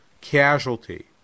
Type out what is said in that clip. casualty